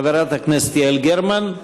חברת הכנסת יעל גרמן,